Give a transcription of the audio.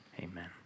amen